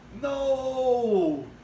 No